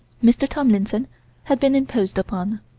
mr. tomlinson had been imposed upon.